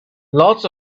lots